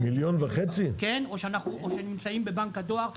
או שנמצאים בבנק הדואר.